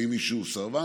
ואם מישהו סרבן,